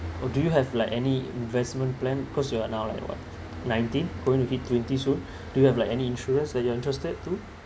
or do you have like any investment plan cause you are now like what nineteen going to hit twenty soon do you have like any insurance that you are interested to